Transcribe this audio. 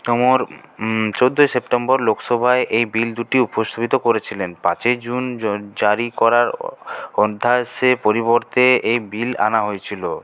তোমর চোদ্দোই সেপ্টেম্বর লোকসভায় এই বিল দুটি উপস্থাপিত করেছিলেন পাঁচই জুন জা জারি করার অধ অধ্যায়সে পরিবর্তে এই বিল আনা হয়েছিল